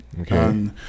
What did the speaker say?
Okay